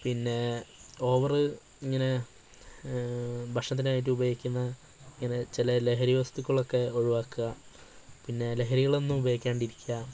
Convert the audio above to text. പിന്നെ ഓവറ് ഇങ്ങനെ ഭക്ഷണത്തിനായിട്ട് ഉപയോഗിക്കുന്ന ഇങ്ങനെ ചില ലഹരി വസ്തുക്കളൊക്കെ ഒഴിവാക്കുക പിന്നെ ലഹരികളൊന്നും ഉപയോഗിക്കാണ്ടിരിക്കുക